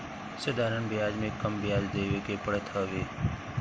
साधारण बियाज में कम बियाज देवे के पड़त हवे